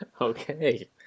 Okay